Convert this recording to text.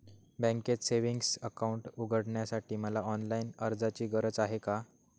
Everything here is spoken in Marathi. बँकेत सेविंग्स अकाउंट उघडण्यासाठी मला ऑनलाईन अर्जाची गरज आहे का?